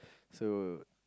so